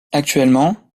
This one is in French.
actuellement